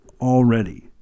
already